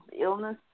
illness